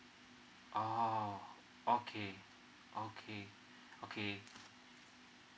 oh okay okay okay